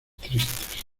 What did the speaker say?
tristes